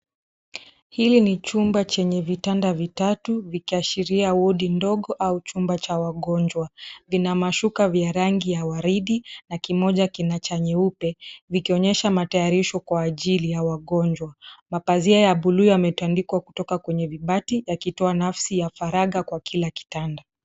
Hili ni chumba chenye vitanda vitatu kikiashiria wodi ndogo au chumba cha wagonjwa. Vina mashuka vya rangi ya waridi na kimoja kina cha nyeupe vikionyesha matayarisho kwa ajili ya wagonjwa. Mapazia ya bluu yametandikwa kutoka kwenye vibati yakitoa nafsi ya faragha kwa kila kitanda.